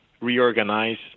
reorganize